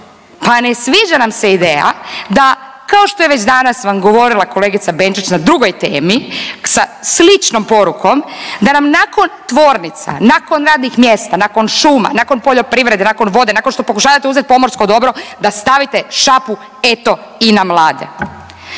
Pa ne sviđa nam se ideja da kao što je već danas vam govorila kolegica Benčić na drugoj temi sa sličnom porukom, da nam nakon tvornica, nakon radnih mjesta, nakon šuma, nakon poljoprivrede, nakon vode, nakon što pokušavate uzeti pomorsko dobro da stavite šapu eto i na mlade.